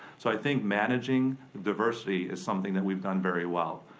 so i think managing diversity is something that we've done very well.